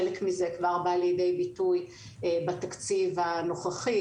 חלק מזה כבר בא לידי ביטוי בתקציב הנוכחי,